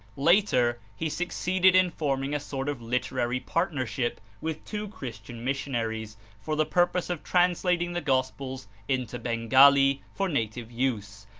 later he succeeded in forming a sort of literary partnership with two christian missionaries for the purpose of translating the gospels into bengali for native use,